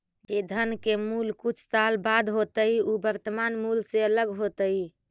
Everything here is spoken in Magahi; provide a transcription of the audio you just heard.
जे धन के मूल्य कुछ साल बाद होतइ उ वर्तमान मूल्य से अलग होतइ